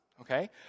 Okay